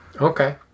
Okay